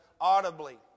audibly